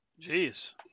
Jeez